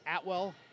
Atwell